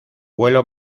vuelo